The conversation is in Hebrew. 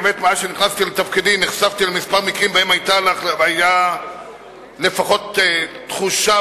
מאז נכנסתי לתפקידי נחשפתי לכמה מקרים שבהם היתה לפחות תחושה